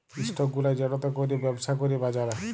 stock গুলা যেটতে ক্যইরে ব্যবছা ক্যরে বাজারে